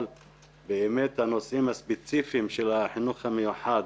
אבל באמת הנושאים הספציפיים של החינוך המיוחד